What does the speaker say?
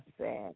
sad